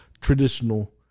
traditional